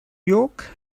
york